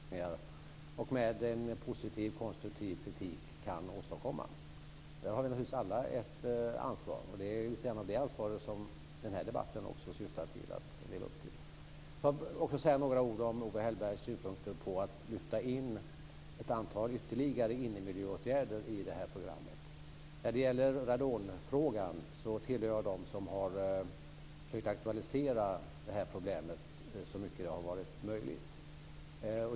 Fru talman! Det är bra som det är, men det kan bli bättre. Det hoppas jag att vi kan åstadkomma med en positiv konstruktiv kritik. Där har vi naturligtvis alla ett ansvar. Den här debatten syftar väl också till att leva upp till det ansvaret. Låt mig också säga några ord om Owe Hellbergs synpunkter på att lyfta in ett antal ytterligare innemiljöåtgärder i det här programmet. Jag tillhör dem som har försökt aktualisera problemet med radonfrågan så mycket som möjligt.